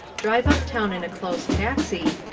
drive uptown in a closed taxi,